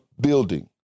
building